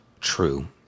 true